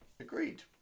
Agreed